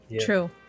True